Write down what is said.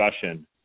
discussion